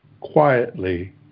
quietly